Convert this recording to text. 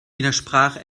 widersprach